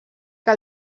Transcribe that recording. que